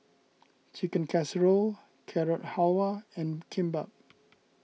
Chicken Casserole Carrot Halwa and Kimbap